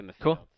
Cool